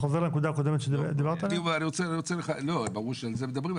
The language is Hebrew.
לא, ברור שעל זה מדברים.